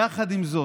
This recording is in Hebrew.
יחד עם זאת,